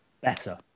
Better